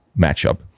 matchup